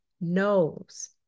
knows